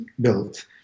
built